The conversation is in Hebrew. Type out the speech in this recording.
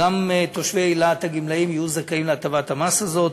שגם תושבי אילת הגמלאים יהיו זכאי להטבת המס הזאת.